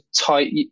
tight